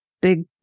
big